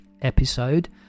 episode